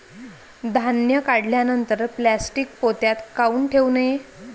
धान्य काढल्यानंतर प्लॅस्टीक पोत्यात काऊन ठेवू नये?